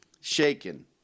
shaken